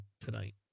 tonight